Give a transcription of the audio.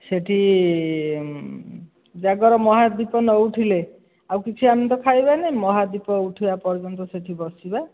ସେଠି ଜାଗର ମହାଦୀପ ନ ଉଠିଲେ ଆଉ କିଛି ଆମେ ତ ଖାଇବାନି ମହାଦୀପ ଉଠିବା ପର୍ଯ୍ୟନ୍ତ ସେଠି ବସିବା